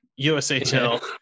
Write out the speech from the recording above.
USHL